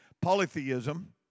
polytheism